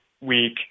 week